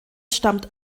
stammt